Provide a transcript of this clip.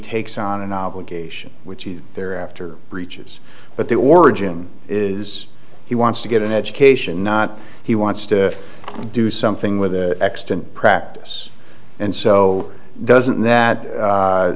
takes on an obligation which is there after breaches but the origin is he wants to get an education not he wants to do something with extant practice and so doesn't that